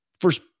first